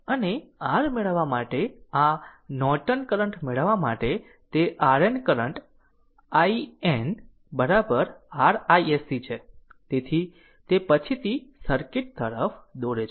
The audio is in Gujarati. અને r મેળવવા માટે આ નોર્ટન કરંટ મેળવવા માટે તે RN current IN r iSC છે તે પછીથી સર્કિટ તરફ દોરે છે